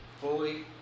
fully